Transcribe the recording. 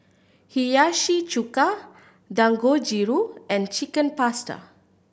Hiyashi Chuka Dangojiru and Chicken Pasta